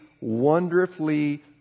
wonderfully